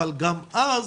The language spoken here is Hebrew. אבל גם אז,